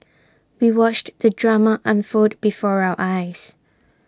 we watched the drama unfold before our eyes